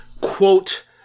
quote